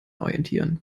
orientieren